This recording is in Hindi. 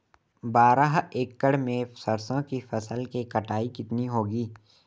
बारह एकड़ में सरसों की फसल की कटाई कितनी होगी?